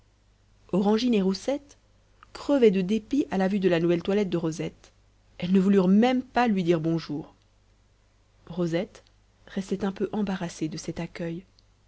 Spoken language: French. orangine et roussette crevaient de dépit à la vue de la nouvelle toilette de rosette elles ne voulurent même pas lui dire bonjour rosette restait un peu embarrassée de cet accueil